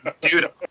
Dude